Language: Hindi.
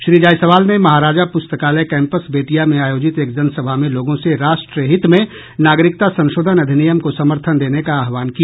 श्री जायसवाल ने महाराजा प्रस्तकालय कैम्पस बेतिया में आयोजित एक जनसभा में लोगों से राष्ट्र हित में नागरिकता संशोधन अधिनियम को समर्थन देने का आहवान किया